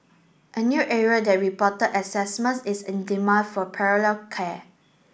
a new area that reported assessments is in demand for parallel care